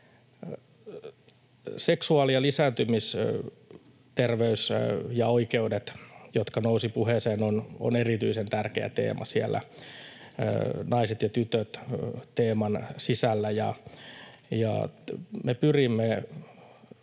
Seksuaali- ja lisääntymisterveys ja ‑oikeudet, jotka nousivat puheeseen, on erityisen tärkeä teema siellä naiset ja tytöt ‑teeman sisällä. Me pyrimme